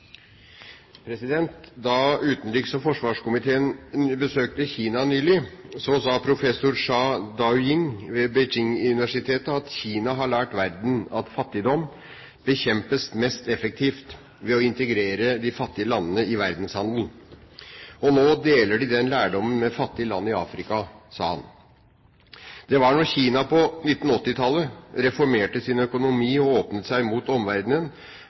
avsluttet. Da utenriks- og forsvarskomiteen besøkte Kina nylig, sa professor Zha Daojing ved Beijing-universitetet at Kina har lært verden at fattigdom bekjempes mest effektivt ved å integrere de fattige landene i verdenshandelen. Nå deler de den lærdommen med fattige land i Afrika, sa han. Det var da Kina på 1980-tallet reformerte sin økonomi og åpnet seg mot omverdenen,